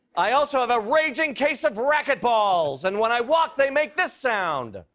i also have a raging case of racquetballs, and when i walk, they make this sound.